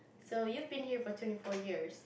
so you've been here for twenty four years